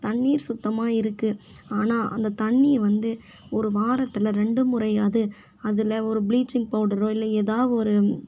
தண்ணீர் சுத்தமாக இருக்கு ஆனால் அந்த தண்ணி வந்து ஒரு வாரத்தில் ரெண்டு முறையாவது அதில் ஒரு ப்ளீச்சிங் பவுடரோ இல்லை ஏதோ ஒரு